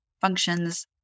functions